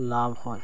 লাভ হয়